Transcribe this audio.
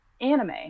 anime